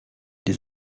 des